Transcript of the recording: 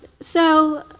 so